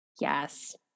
Yes